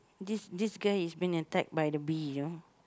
this this guy is being attack by the bee you know